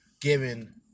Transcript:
given